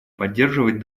поддерживать